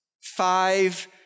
Five